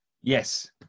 Yes